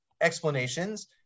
explanations